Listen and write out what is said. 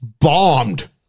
Bombed